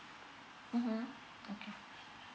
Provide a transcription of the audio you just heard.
mmhmm